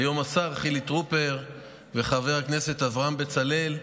והיום השר חילי טרופר וחבר הכנסת אברהם בצלאל,